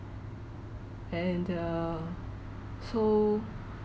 and err so